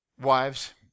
Wives